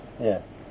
Yes